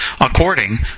according